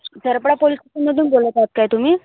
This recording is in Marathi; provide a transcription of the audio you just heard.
झरपडा पोलिस स्टेशनमधून बोलत आहात काय तुम्ही